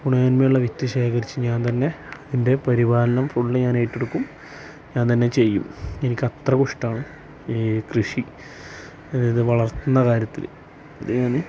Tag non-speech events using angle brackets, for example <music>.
ഗുണമേന്മയുള്ള വിത്ത് ശേഖരിച്ച് ഞാൻ തന്നെ എൻ്റെ പരിപാലനം ഫുള്ള് ഞാൻ ഏറ്റെടുക്കും ഞാൻ തന്നെ ചെയ്യും എനിക്ക് അത്രയ്ക്ക് ഇഷ്ടമാണ് ഈ കൃഷി ഇത് വളർത്തുന്ന കാര്യത്തിൽ <unintelligible>